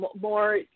more